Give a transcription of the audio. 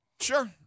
Sure